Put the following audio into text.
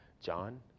John